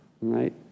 Right